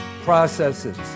processes